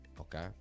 okay